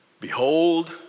behold